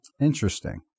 Interesting